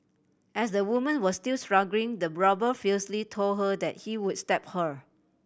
as the woman was still struggling the robber fiercely told her that he would stab her